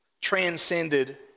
transcended